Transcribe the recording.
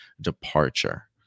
departure